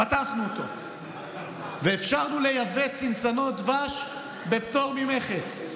פתחנו אותו ואפשרנו לייבא צנצנות דבש בפטור ממכס,